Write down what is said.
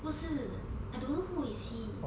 不是 I don't know who is he